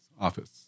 office